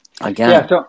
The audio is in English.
again